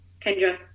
Kendra